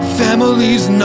families